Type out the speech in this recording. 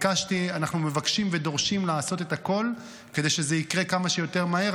אנחנו מבקשים ודורשים לעשות את הכול כדי שזה יקרה כמה שיותר מהר,